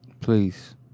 Please